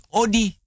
odi